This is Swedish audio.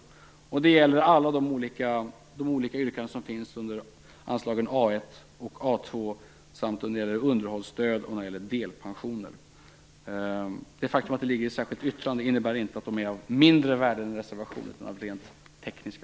Det gäller alla de olika yrkanden som finns under anslagen A1 och A2, samt när det gäller underhållsstöd och delpensioner. Det faktum att de ligger i ett särskilt yttrande innebär inte att de är av mindre värde än reservationerna, utan skälen är rent tekniska.